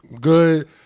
good